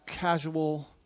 casual